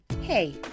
Hey